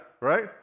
right